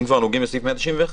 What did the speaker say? אם כבר נוגעים בסעיף 191,